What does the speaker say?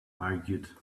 argued